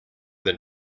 than